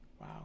wow